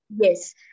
Yes